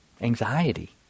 anxiety